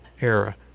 era